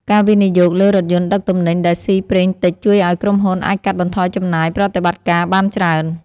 ការវិនិយោគលើរថយន្តដឹកទំនិញដែលស៊ីប្រេងតិចជួយឱ្យក្រុមហ៊ុនអាចកាត់បន្ថយចំណាយប្រតិបត្តិការបានច្រើន។